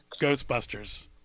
Ghostbusters